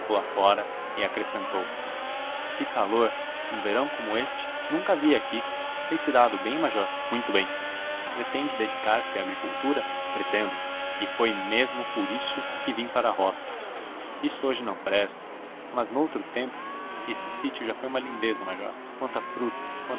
lá fora e acrescentou que calor um verão como este nunca vi aqui tem-se dado bem major muito bem pretende dedicar-se à agricultura pretendo e foi mesmo por isso que vim para a roça isto hoje não presta mas noutro tempo este sítio já foi uma lindeza major quanta fruta